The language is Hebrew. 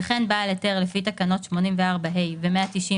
וכן בעל היתר לפי תקנות 84(ה) ו-190